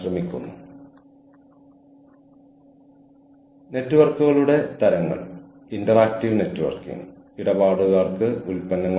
കൂടാതെ നിങ്ങൾക്ക് അറിവും കഴിവുകളും മറ്റ് സവിശേഷതകളും ഉണ്ടായിരിക്കണം